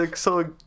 so-